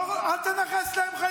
אל תכלול אותי ב"השמצתם".